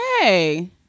Hey